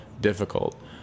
difficult